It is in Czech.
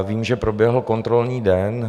Vím, že proběhl kontrolní den.